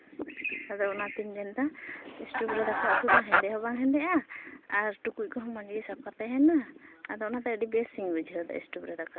ᱟᱫᱚ ᱚᱱᱟᱛᱤᱧ ᱢᱮᱱᱫᱟ ᱮᱥᱴᱳᱵᱷ ᱨᱮ ᱫᱟᱠᱟ ᱩᱛᱩ ᱫᱚ ᱦᱮᱸᱫᱮ ᱦᱚᱸ ᱵᱟᱝ ᱦᱮᱸᱫᱮᱜᱼᱟ ᱟᱨ ᱴᱩᱠᱩᱡ ᱠᱚᱦᱚᱸ ᱢᱚᱡᱽ ᱜᱮ ᱥᱟᱯᱟ ᱛᱟᱦᱮᱱᱟ ᱟᱫᱚ ᱚᱱᱟᱛᱮ ᱟᱹᱰᱤ ᱵᱮᱥᱤᱧ ᱵᱩᱡᱷᱟᱹᱣᱫᱟ ᱮᱥᱴᱳᱵᱷ ᱨᱮ ᱫᱟᱠᱟ